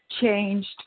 changed